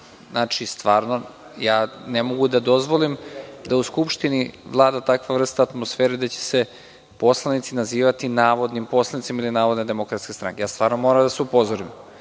Atlagiću, ne mogu da dozvolim da u Skupštini vlada takva vrsta atmosfere gde će se poslanici nazivati navodnim poslanicima ili navodna Demokratska stranka. Stvarno moram da vas upozorim.